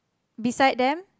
beside them